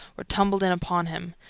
were tumbled in upon him.